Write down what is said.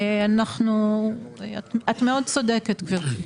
את צודקת, גבירתי.